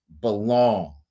belong